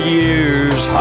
years